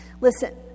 Listen